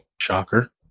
Shocker